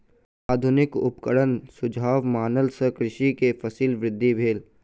आधुनिक उपकरणक सुझाव मानला सॅ कृषक के फसील वृद्धि भेल